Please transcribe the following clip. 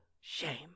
Shame